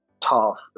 tough